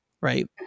Right